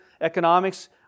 economics